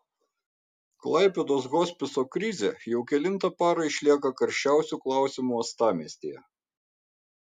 klaipėdos hospiso krizė jau kelintą parą išlieka karščiausiu klausimu uostamiestyje